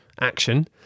action